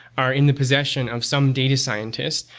are in the possession of some data scientist,